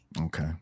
Okay